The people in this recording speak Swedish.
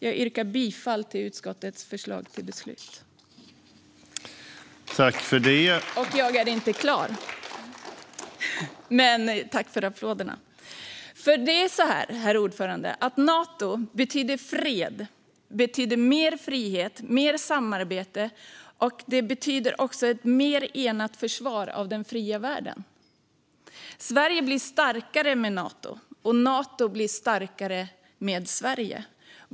Jag yrkar bifall till utskottets förslag till beslut. Herr talman! Nato betyder fred, mer frihet, mer samarbete och ett mer enat försvar av den fria världen. Sverige blir starkare med Nato, och Nato blir starkare med Sverige.